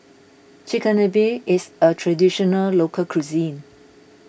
Chigenabe is a Traditional Local Cuisine